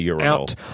out